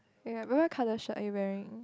ya what what colour shirt are you wearing